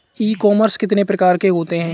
ई commerce कितने प्रकार के होते हैं?